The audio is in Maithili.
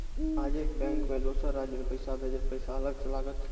आजे के बैंक मे दोसर राज्य मे पैसा भेजबऽ पैसा अलग से लागत?